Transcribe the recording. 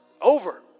over